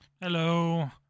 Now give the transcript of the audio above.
Hello